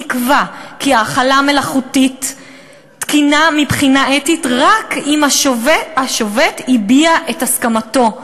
נקבע כי האכלה מלאכותית תקינה מבחינה אתית רק אם השובת הביע את הסכמתו.